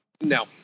No